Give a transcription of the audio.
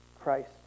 Christ